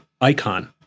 icon